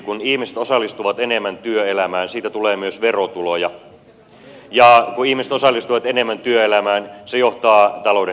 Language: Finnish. kun ihmiset osallistuvat enemmän työelämään siitä tulee myös verotuloja ja kun ihmiset osallistuvat enemmän työelämään se johtaa talouden kasvuun